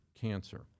cancer